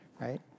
right